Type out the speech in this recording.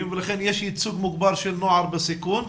ולכן יש ייצוג מוגבר של נוער בסיכון,